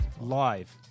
Live